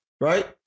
Right